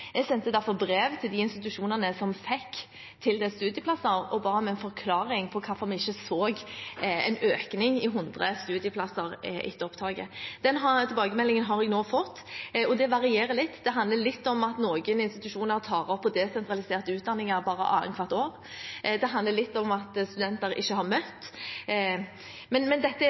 Jeg sendte derfor brev til de institusjonene som fikk tildelt studieplasser, og ba om en forklaring på hvorfor vi ikke så en økning i 100 studieplasser etter opptaket. Den tilbakemeldingen har jeg nå fått, og det varierer litt. Det handler litt om at noen institusjoner tar opp til desentraliserte utdanninger bare annethvert år. Det handler litt om at studenter ikke har møtt. Men dette er